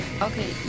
Okay